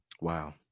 Wow